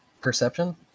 perception